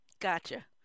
Gotcha